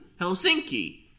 Helsinki